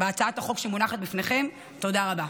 תודה רבה.